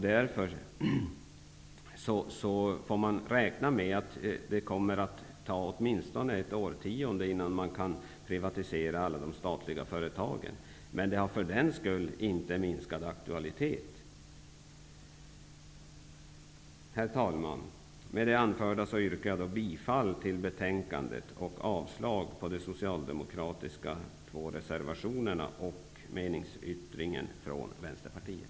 Därför får man räkna med att det kommer att dröja åtminstone ett årtionde innan det går att privatisera alla de statliga företagen. Men frågan har för den skull inte fått minskad aktualitet. Herr talman! Med det anförda yrkar jag bifall till hemställan i betänkandet och avslag på de två socialdemokratiska reservationerna och meningsyttringen från Vänsterpartiet.